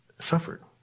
suffered